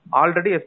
already